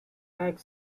back